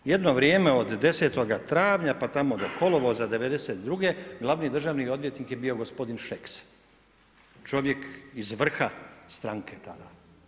Jedno vrijeme od 10 travnja pa tamo do kolovoza '92. glavni državni odvjetnik je bio gospodin Šeks, čovjek iz vrha stranke tada.